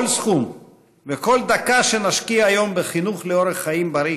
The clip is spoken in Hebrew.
כל סכום וכל דקה שנשקיע היום בחינוך לאורח חיים בריא